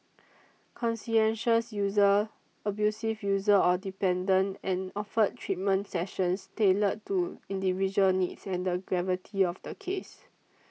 conscientious user abusive user or dependent and offered treatment sessions tailored to individual needs and the gravity of the case